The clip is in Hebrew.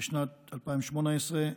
בשנת 2018,